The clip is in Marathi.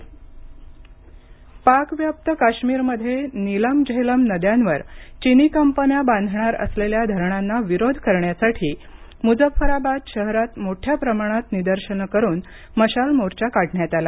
निदर्शने पाकव्याप्त काश्मीरमध्ये नीलम झेलम नद्यांवर चीनी कंपन्या बांधणार असलेल्या धरणांना विरोध करण्यासाठी मुझफ्फराबाद शहरात मोठ्या प्रमाणात निदर्शनं करुन मशाल मोर्चा काढण्यात आला